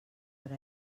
per